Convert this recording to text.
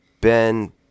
Ben